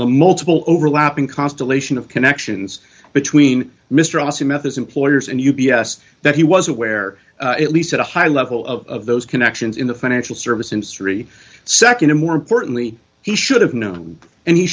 the multiple overlapping constellation of connections between mr rossi methods employers and u b s that he was aware at least at a high level of those connections in the financial service industry nd and more importantly he should have known and he